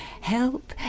Help